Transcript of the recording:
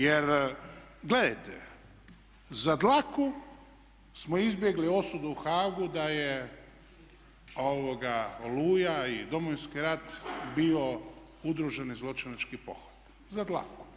Jer gledajte za dlaku smo izbjegli osudu u Haagu da je Oluja i Domovinski rat bio udruženi zločinački pothvat, za dlaku.